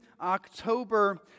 October